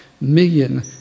million